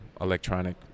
electronic